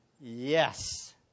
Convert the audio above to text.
Yes